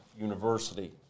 University